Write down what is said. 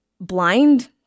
blind